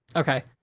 okay.